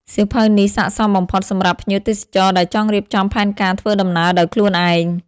សៀវភៅនេះស័ក្តិសមបំផុតសម្រាប់ភ្ញៀវទេសចរដែលចង់រៀបចំផែនការធ្វើដំណើរដោយខ្លួនឯង។